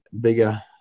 bigger